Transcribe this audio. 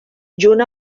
junt